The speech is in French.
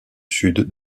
sud